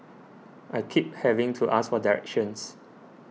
I keep having to ask for directions